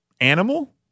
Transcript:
animal